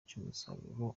cy’umusaruro